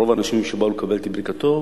רוב האנשים שבאו לקבל את ברכתו,